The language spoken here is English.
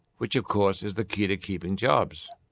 which of course is the key to keeping jobs.